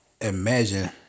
imagine